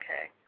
okay